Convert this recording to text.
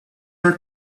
are